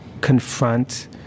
confront